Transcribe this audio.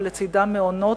ולצדם מעונות,